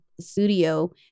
studio